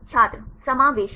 छात्र समावेशी